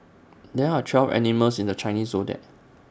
there are twelve animals in the Chinese Zodiac